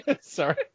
Sorry